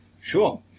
Sure